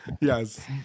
Yes